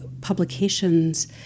publications